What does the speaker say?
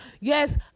Yes